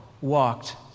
walked